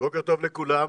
בוקר טוב לכולם.